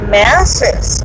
masses